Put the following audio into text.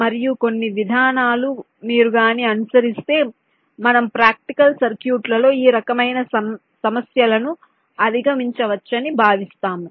మరియు కొన్ని విధానాలు మీరు గాని అనుసరిస్తే మనం ప్రాక్టికల్ సర్క్యూట్లలో ఈ రకమైన సమస్యలను అధిగమించవచ్చని భావిస్తాము